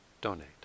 donate